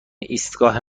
ایستگاه